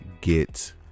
get